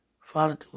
Father